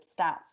stats